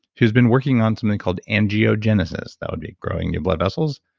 who's been working on something called angiogenesis, that would be growing new blood vessels,